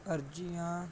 ਅਰਜ਼ੀਆਂ